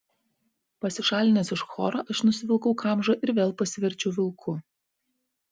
pasišalinęs iš choro aš nusivilkau kamžą ir vėl pasiverčiau vilku